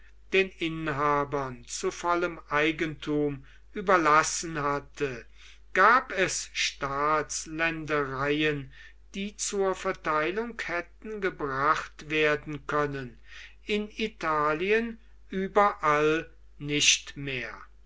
den inhabern zu vollem eigentum überlassen hatte gab es staatsländereien die zur verteilung hätten gebracht werden können in italien überall nicht mehr